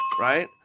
Right